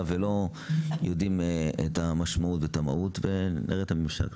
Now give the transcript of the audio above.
ולא יודעים את המשמעות ואת המהות וחשוב שנראה את הממשק.